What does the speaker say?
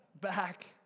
back